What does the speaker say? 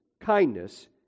kindness